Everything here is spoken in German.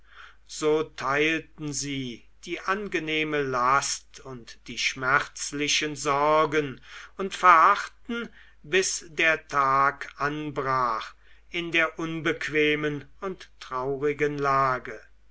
so teilten sie die angenehme last und die schmerzlichen sorgen und verharrten bis der tag anbrach in der unbequemen und traurigen lage